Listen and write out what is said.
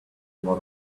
lot